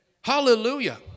Hallelujah